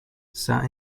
sat